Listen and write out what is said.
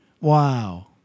Wow